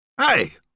Hey